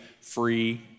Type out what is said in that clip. Free